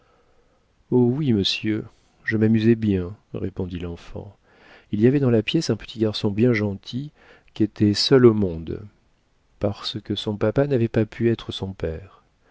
oh oui monsieur je m'amusais bien répondit l'enfant il y avait dans la pièce un petit garçon bien gentil qui était seul au monde parce que son papa n'avait pas pu être son père